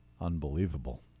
unbelievable